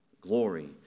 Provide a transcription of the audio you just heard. glory